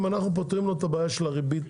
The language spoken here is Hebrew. אם אנחנו פותרים לו את הבעיה של הריבית,